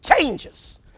changes